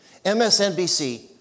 MSNBC